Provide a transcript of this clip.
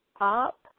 up